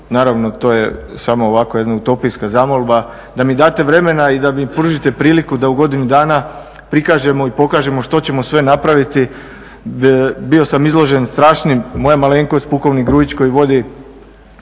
naravno to je samo ovako jedna utopijska zamolba da mi date vremena i da mi pružite priliku da u godinu dana prikažemo i pokažemo što ćemo sve napraviti. Bio sam izložen strašnim, moja malenkost pukovnik Gruić koji vodi